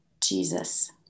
Jesus